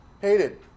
hated